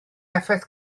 effaith